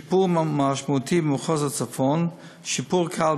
שיפור משמעותי במחוז הצפון ושיפור קל